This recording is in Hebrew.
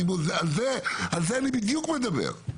על זה אני בדיוק מדבר.